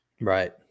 Right